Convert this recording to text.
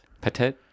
Petit